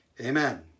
amen